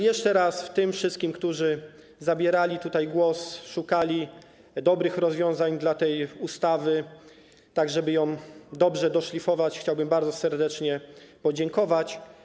Jeszcze raz tym wszystkim, którzy zabierali głos, szukali dobrych rozwiązań dotyczących tej ustawy po to, żeby ją dobrze doszlifować, chciałbym bardzo serdecznie podziękować.